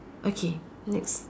okay next